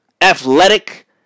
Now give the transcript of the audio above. athletic